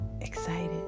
excited